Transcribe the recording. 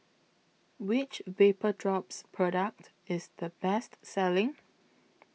Which Vapodrops Product IS The Best Selling